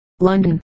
London